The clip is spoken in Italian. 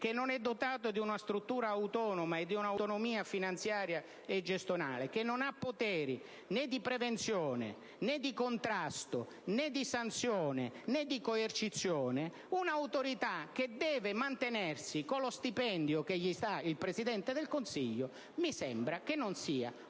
che non è dotata di una struttura autonoma e di un'autonomia finanziaria e gestionale, che non ha poteri né di prevenzione, né di contrasto, né di sanzione, né di coercizione, un'autorità che deve mantenersi con lo stipendio che le dà il Presidente del Consiglio, mi sembra che non sia un'autorità